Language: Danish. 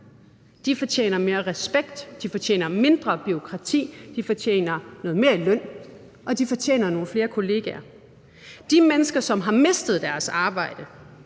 de fortjener noget mere i løn, og de fortjener nogle flere kollegaer. De mennesker, som har mistet deres arbejde,